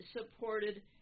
supported